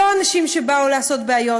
לא אנשים שבאו לעשות בעיות.